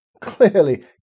Clearly